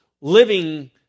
living